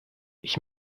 ich